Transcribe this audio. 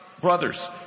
Brothers